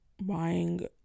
buying